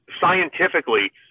scientifically